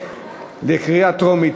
בקריאה טרומית.